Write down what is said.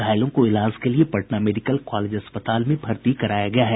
घायलों को इलाज के लिए पटना मेडिकल कॉलेज अस्पताल में भर्ती कराया गया है